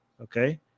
okay